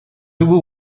dugu